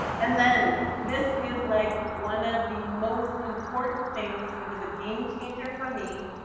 and then this is like one of the most important things, it was a game changer for me,